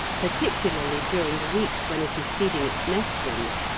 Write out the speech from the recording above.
particularly during the weeks when it is feeding its nestlings,